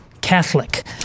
catholic